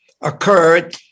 occurred